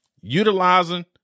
utilizing